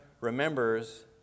remembers